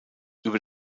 über